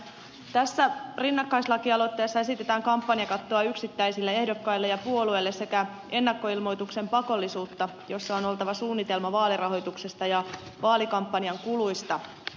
tässä rinnakkaislakialoitteessa esitetään kampanjakattoa yksittäisille ehdokkaille ja puolueille sekä ennakkoilmoituksen pakollisuutta jossa on oltava suunnitelma vaalirahoituksesta ja vaalikampanjan kuluista